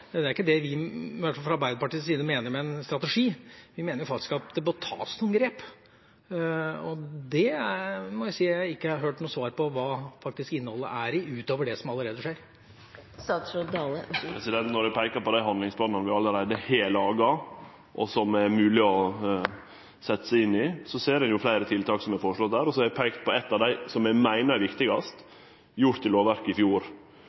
Det er ikke det i hvert fall vi fra Arbeiderpartiets side mener med en strategi. Vi mener faktisk at det må tas noen grep, og jeg må si at jeg har ikke hørt noen svar på hva innholdet er, utover det som allerede skjer. Når eg peika på dei handlingsplanane vi allereie har laga, og som det er mogleg å setje seg inn i, ser eg fleire tiltak som er føreslått der. Så har eg peika på eitt av dei som eg meiner er viktigast, gjort i lovverket i fjor.